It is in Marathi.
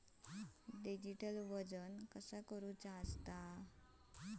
डिजिटल वजन कसा करतत?